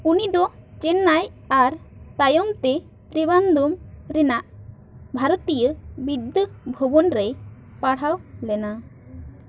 ᱩᱱᱤ ᱫᱚ ᱪᱮᱱᱱᱟᱭ ᱟᱨ ᱛᱟᱭᱚᱢ ᱛᱮ ᱛᱨᱤᱵᱟᱱᱫᱚᱢ ᱨᱮᱱᱟᱜ ᱵᱷᱟᱨᱚᱛᱤᱭᱟᱹ ᱵᱤᱫᱽᱫᱟᱹ ᱵᱷᱚᱵᱚᱱ ᱨᱮᱭ ᱯᱟᱲᱦᱟᱣ ᱞᱮᱱᱟ